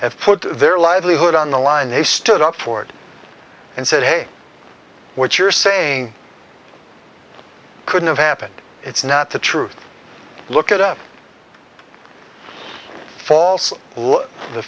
have put their livelihood on the line they stood up for it and said hey what you're saying couldn't have happened it's not the truth look it up false the